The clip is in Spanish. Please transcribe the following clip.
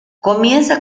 comienza